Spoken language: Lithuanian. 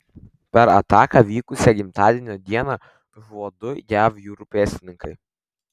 per ataką vykusią gimtadienio dieną žuvo du jav jūrų pėstininkai